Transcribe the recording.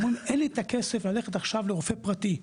אומרים: אין לי את הכסף ללכת עכשיו לרופא פרטי,